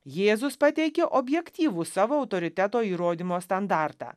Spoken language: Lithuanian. jėzus pateikia objektyvų savo autoriteto įrodymo standartą